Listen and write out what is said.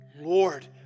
Lord